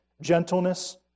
gentleness